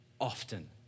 often